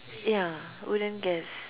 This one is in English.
ya wouldn't guess